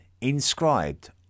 inscribed